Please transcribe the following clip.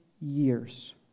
years